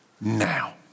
Now